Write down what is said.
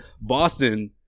Boston